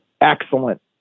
excellent